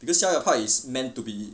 because 逍遥派 is meant to be